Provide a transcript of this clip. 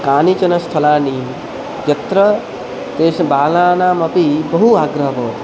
कानिचन स्थलानि यत्र तेषु बालानामपि बहु आग्रहः भवति